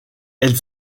elle